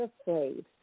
afraid